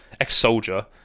Ex-soldier